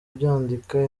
byandika